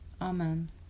Amen